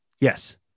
Yes